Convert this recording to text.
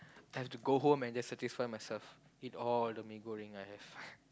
I have to go home and satisfy myself eat all the mee-goreng I have